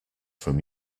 from